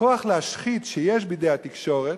הכוח להשחית שיש בידי התקשורת,